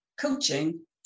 coaching